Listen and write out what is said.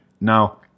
now